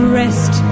rest